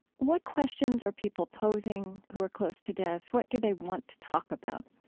what questions are people posing who are close to death? what do they want to talk about?